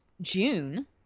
june